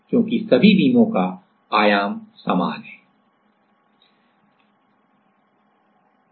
क्योंकि सभी बीमों का आयाम समान है